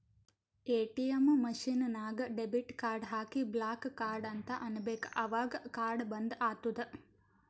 ATM machine ನಾಗ್ debit card ಹಾಕಿ block card ಅಂತ್ ಅನ್ಬೇಕ ಅವಗ್ ಕಾರ್ಡ ಬಂದ್ ಆತ್ತುದ್